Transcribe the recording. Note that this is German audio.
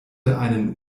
einen